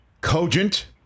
cogent